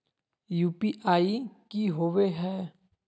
UPI की होवे है?